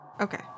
Okay